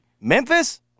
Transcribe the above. Memphis